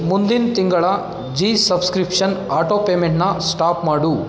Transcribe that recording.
ಮುಂದಿನ ತಿಂಗಳ Zee subscription auto ಪೇಮೆಂಟ್ನ ಸ್ಟಾಪ್ ಮಾಡು